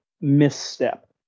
misstep